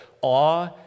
awe